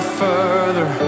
further